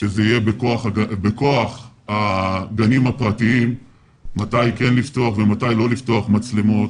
שזה יהיה בכוח הגנים הפרטיים מתי כן לפתוח ומתי לא לפתוח מצלמות.